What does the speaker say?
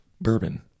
bourbon